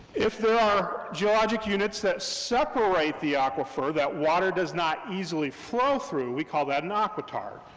if there are geologic units that separate the aquifer, that water does not easily flow through, we call that an aquitard,